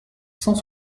cent